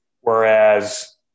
Whereas